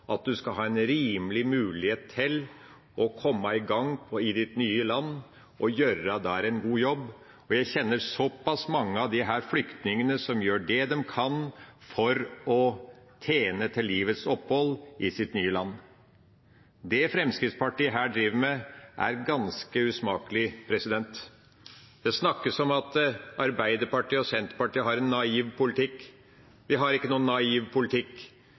at du skal ha en rimelig mulighet til å komme i gang i ditt nye land og gjøre en god jobb – jeg kjenner såpass mange flyktninger som gjør det de kan for å tjene til livets opphold i sitt nye land. Det Fremskrittspartiet her driver med, er ganske usmakelig. Det snakkes om at Arbeiderpartiet og Senterpartiet har en naiv politikk. De har ikke noen naiv politikk.